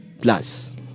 Plus